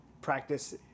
practice